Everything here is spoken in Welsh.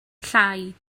llai